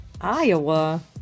Iowa